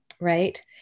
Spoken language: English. right